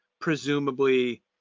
presumably